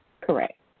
Correct